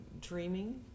dreaming